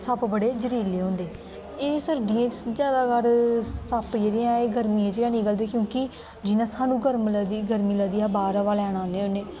सप्प बडे़ जरीले होंदे एह् सर्दिये च ज्यादातर सप्प जेहडे़ ऐ गर्मिये चे गै निकलदे क्योकि जियां सानू गर्मी लगदी अस बाहर हवा लैन औने